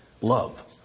Love